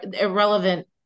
irrelevant